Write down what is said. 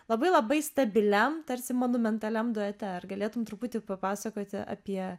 labai labai stabiliam tarsi monumentaliam duete ar galėtum truputį papasakoti apie